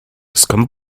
skąd